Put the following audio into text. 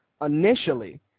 initially